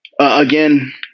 again